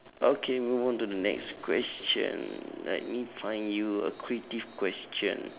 okay move on to the next question let me find you a creative question